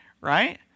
right